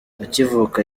akivuka